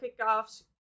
kickoffs